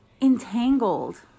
entangled